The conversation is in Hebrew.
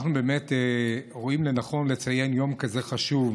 אנחנו באמת רואים לנכון לציין יום חשוב כזה,